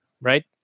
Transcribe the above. right